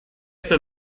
este